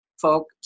folk